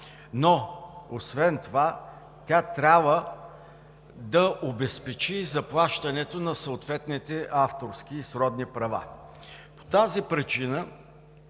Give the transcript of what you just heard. но освен това тя трябва да обезпечи и заплащането на съответните авторски и сродни права. По тази причина,